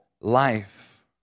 life